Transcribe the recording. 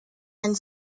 and